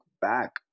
back